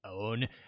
own